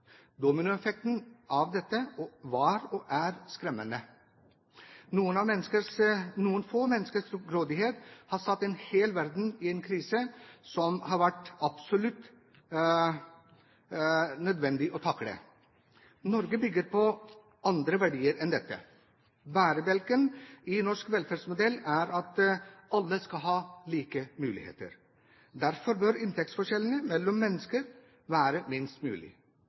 Dominoeffekten av dette var, og er, skremmende. Noen få menneskers grådighet har satt en hel verden i en krise som det har vært absolutt nødvendig å takle. Norge bygger på andre verdier enn dette. Bærebjelken i norsk velferdsmodell er at alle skal ha like muligheter. Derfor bør inntektsforskjellene mellom mennesker være minst mulig.